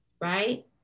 right